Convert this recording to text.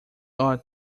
ought